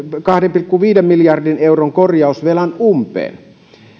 kahden pilkku viiden miljardin euron korjausvelan umpeen